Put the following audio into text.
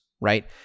right